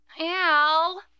Al